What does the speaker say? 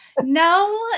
no